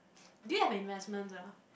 do you have investments ah